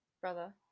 brother